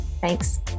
Thanks